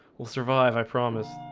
we'll survive. i promise.